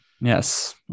yes